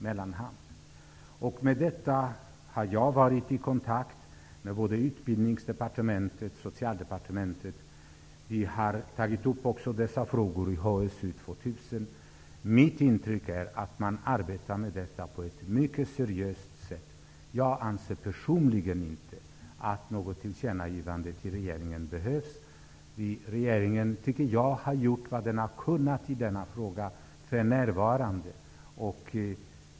Med anledning av detta har jag varit i kontakt med både Utbildningsdepartementet och Socialdepartementet, och frågorna har också tagits upp i HSU 2000. Mitt intryck är att man arbetar med detta på ett mycket seriöst sätt. Jag anser personligen inte att något tillkännagivande till regeringen behövs. Regeringen har gjort vad den har kunnat i denna fråga för närvarande.